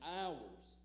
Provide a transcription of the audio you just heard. hours